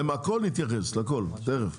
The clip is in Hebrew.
לכל נתייחס, תיכף.